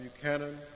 Buchanan